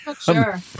sure